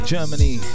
Germany